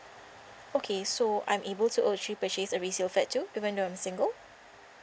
okay so I'm able to actually purchase a resale flat too even though I'm single